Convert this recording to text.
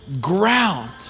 ground